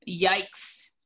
Yikes